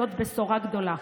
זאת בשורה גדולה.